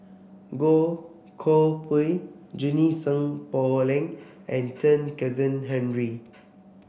Goh Koh Pui Junie Sng Poh Leng and Chen Kezhan Henri